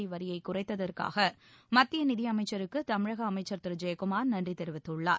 தமிழக வரியை குறைத்ததற்காக மத்திய நிதியமைச்சருக்கு தமிழக அமைச்சர் திரு ஜெயக்குமார் நன்றி தெரிவித்தள்ளார்